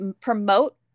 promote